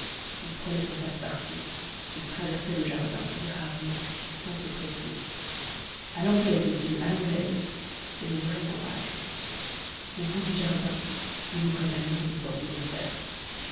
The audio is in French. il prenait son passe-partout et traversait le jardin gravement sans se presser a l'anglaise messieurs à l'anglaise c'est le vrai courage au bout du jardin il ouvrait la page lourde porte de fer